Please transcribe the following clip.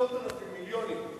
מאות אלפים, מיליונים.